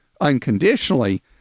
unconditionally